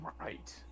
right